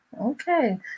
Okay